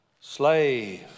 slave